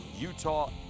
Utah